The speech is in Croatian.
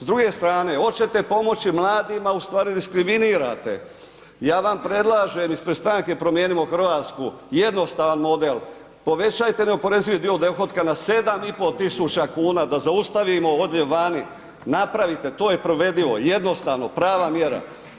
S druge strane hoćete pomoći mladima ustvari diskriminirate, ja vam predlažem ispred stranke Promijenimo Hrvatsku jednostavan model, povećajte neoporezivi dio dohotka na 7.500 kuna da zaustavimo odljev vani, napravite to je provedivo jednostavno prava mjera.